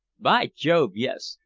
by jove, yes!